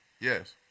Yes